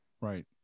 Right